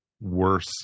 worse